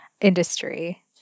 industry